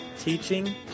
teaching